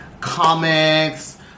comics